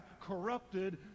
corrupted